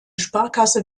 sparkasse